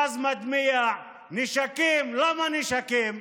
גז מדמיע, נשקים, למה נשקים?